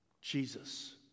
Jesus